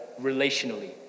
relationally